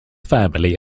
family